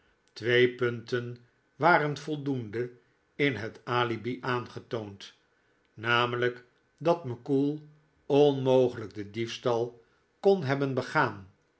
twee punten waren voldoende in het alibi aangetoond namelijk dat mackoull onmogelijk den diefstal kon hebben begaan